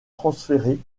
transféré